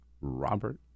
Robert